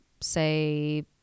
Say